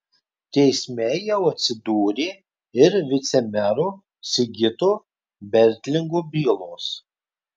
teisme jau atsidūrė ir vicemero sigito bertlingo bylos